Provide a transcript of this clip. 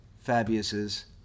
Fabius's